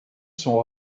sont